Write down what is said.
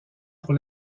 pour